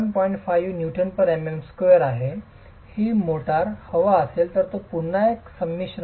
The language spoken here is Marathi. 5 Nmm2 आहे की मोर्टार हवा असेल तर तो पुन्हा एक संमिश्र आहे